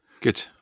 Good